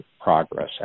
progress